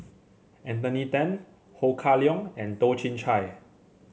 Anthony Then Ho Kah Leong and Toh Chin Chye